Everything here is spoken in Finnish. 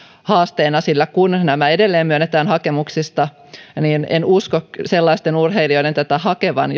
haasteena sillä kun nämä edelleen myönnetään hakemuksesta niin en usko sellaisten urheilijoiden tätä hakevan